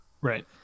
Right